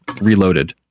reloaded